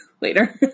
later